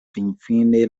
finfine